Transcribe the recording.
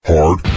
Hard